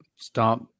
stop